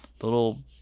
little